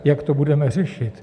Jak to budeme řešit?